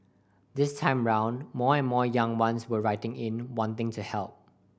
this time round more and more young ones were writing in wanting to help